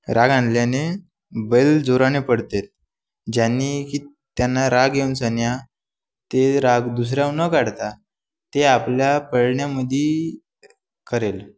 राग आणल्याने बैल जोराने पळतात ज्यांनी की त्यांना राग येऊन सन्या ते राग दुसऱ्यावर न काढता ते आपल्या पळण्यामध्ये करेल